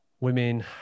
women